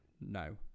No